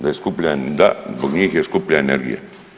Da je skuplja, da zbog njih je skuplja energija.